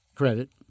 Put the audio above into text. Credit